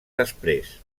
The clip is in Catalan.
després